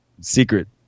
secret